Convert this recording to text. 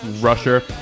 rusher